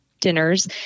dinners